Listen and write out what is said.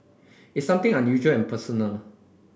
it's something unusual and personal